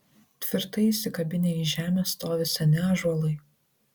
tvirtai įsikabinę į žemę stovi seni ąžuolai